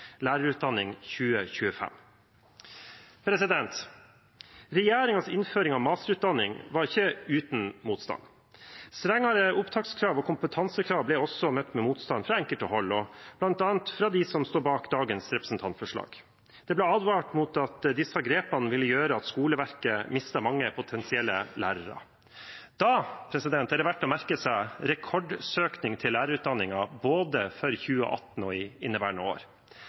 Lærerutdanning 2025. Regjeringens innføring av masterutdanning var ikke uten motstand. Strengere opptakskrav og kompetansekrav ble også møtt med motstand fra enkelte hold, bl.a. fra dem som står bak dagens representantforslag. Det ble advart mot at disse grepene ville gjøre at skoleverket mistet mange potensielle lærere. Da er det verdt å merke seg rekordsøkningen til lærerutdanningen for både 2018 og inneværende år.